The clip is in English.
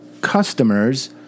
customers